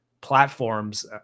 platforms